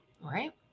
Right